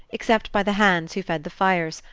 except by the hands who fed the fires,